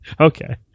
okay